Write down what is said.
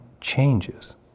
changes